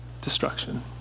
destruction